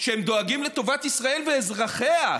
שהם דואגים לטובת ישראל ואזרחיה,